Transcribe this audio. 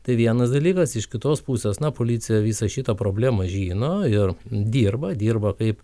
tai vienas dalykas iš kitos pusės na policija visą šitą problemą žino ir dirba dirba kaip